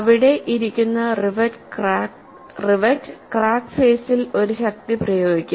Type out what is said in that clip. അവിടെ ഇരിക്കുന്ന rivet crack ഫേസിൽ ഒരു ശക്തി പ്രയോഗിക്കും